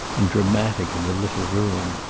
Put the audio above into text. and dramatic in the little room.